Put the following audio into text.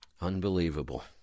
Unbelievable